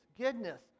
goodness